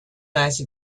nice